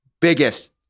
biggest